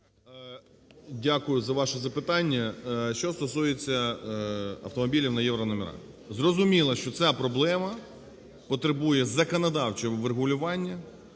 Дякую за ваше запитання. Що стосується автомобілів наєврономерах. Зрозуміло, що ця проблема потребує законодавчого врегулювання